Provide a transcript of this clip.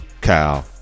Kyle